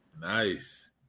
nice